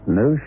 no